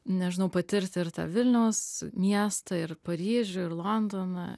nežinau patirti ir tą vilniaus miestą ir paryžių ir londoną